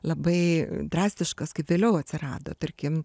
labai drastiškas kaip vėliau atsirado tarkim